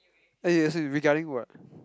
regarding what